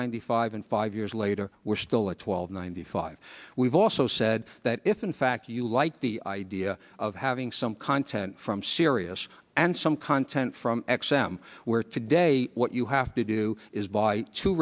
ninety five and five years later we're still at twelve ninety five we've also said that if in fact you like the idea of having some content from sirius and some content from x m where today what you have to do is buy two